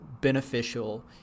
beneficial